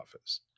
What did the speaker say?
office